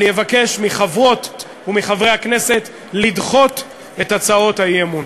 אני אבקש מחברות ומחברי הכנסת לדחות את הצעות האי-אמון.